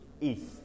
east